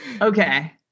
Okay